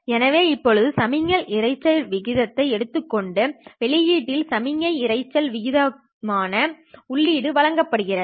எனவே இப்போது சமிக்ஞை இரைச்சல் விகிதத்தை எடுத்துக் கொண்டு வெளியீட்டில் சமிக்ஞை இரைச்சல் விகிதம்கான உள்ளீடு வழங்கப்படுகிறது